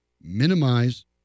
minimize